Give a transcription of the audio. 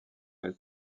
elle